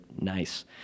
Nice